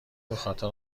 بخاطر